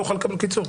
לא יוכל לקבל קיצור.